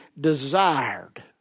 desired